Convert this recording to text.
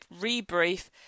rebrief